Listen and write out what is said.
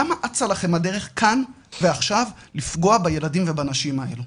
למה אצה לכם הדרך כאן ועכשיו לפגוע בילדים ובנשים האלה?